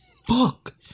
fuck